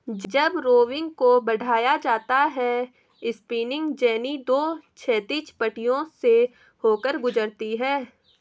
जब रोविंग को बढ़ाया जाता है स्पिनिंग जेनी दो क्षैतिज पट्टियों से होकर गुजरती है